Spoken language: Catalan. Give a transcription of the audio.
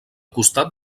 costat